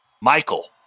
Michael